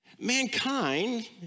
Mankind